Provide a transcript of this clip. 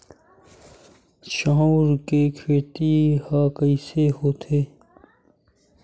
चांउर के खेती ह कइसे होथे?